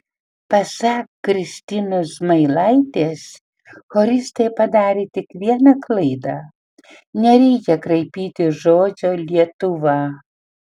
pasak kristinos zmailaitės choristai padarė tik vieną klaidą nereikia kraipyti žodžio lietuva